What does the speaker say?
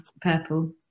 purple